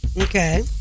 Okay